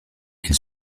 ils